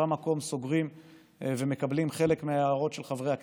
במקום סוגרים ומקבלים חלק מההערות של חברי הכנסת.